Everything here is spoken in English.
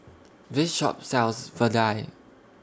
This Shop sells Vadai